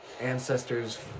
ancestors